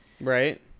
Right